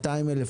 200,000,